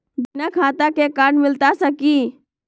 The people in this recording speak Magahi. बिना खाता के कार्ड मिलता सकी?